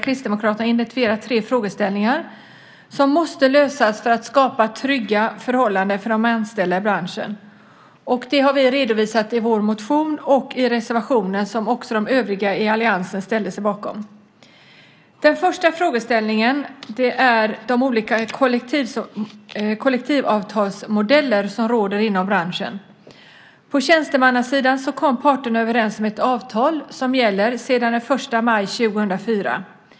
Kristdemokraterna har identifierat tre frågeställningar som måste lösas för att skapa trygga förhållanden för de anställda i branschen. Dem har vi redovisat i vår motion och i reservationen, som också de övriga i alliansen ställer sig bakom. Den första frågeställningen gäller de olika kollektivavtalsmodeller som finns inom branschen. På tjänstemannasidan kom parterna överens om ett avtal som gäller sedan den 1 maj 2004.